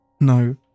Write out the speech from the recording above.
No